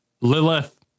Lilith